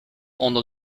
onder